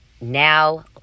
now